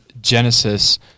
Genesis